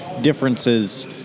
differences